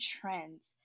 trends